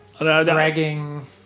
dragging